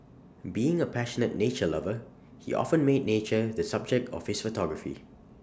being A passionate nature lover he often made nature the subject of his photography